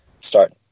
start